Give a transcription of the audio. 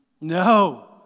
No